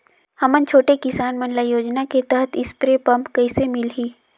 हमन छोटे किसान मन ल योजना के तहत स्प्रे पम्प कइसे मिलही?